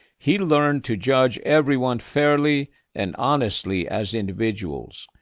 he learned to judge everyone fairly and honestly as individuals,